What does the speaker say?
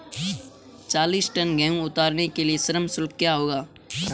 चालीस टन गेहूँ उतारने के लिए श्रम शुल्क क्या होगा?